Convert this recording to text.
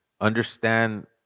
understand